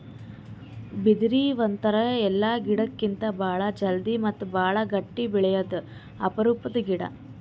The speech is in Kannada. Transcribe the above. ಬಿದಿರ್ ಒಂಥರಾ ಎಲ್ಲಾ ಗಿಡಕ್ಕಿತ್ತಾ ಭಾಳ್ ಜಲ್ದಿ ಮತ್ತ್ ಭಾಳ್ ಗಟ್ಟಿ ಬೆಳ್ಯಾದು ಅಪರೂಪದ್ ಗಿಡಾ